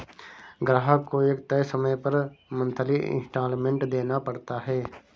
ग्राहक को एक तय समय तक मंथली इंस्टॉल्मेंट देना पड़ता है